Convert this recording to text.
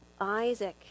Isaac